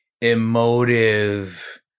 emotive